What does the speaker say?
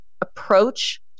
approach